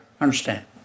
understand